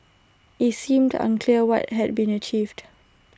IT seemed unclear what had been achieved